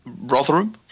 Rotherham